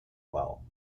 well